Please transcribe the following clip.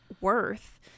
worth